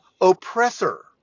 oppressor